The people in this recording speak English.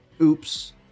Oops